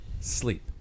sleep